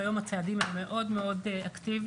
והיום הצעדים הם מאוד מאוד אקטיביים,